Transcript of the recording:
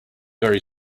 very